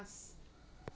পাঁচ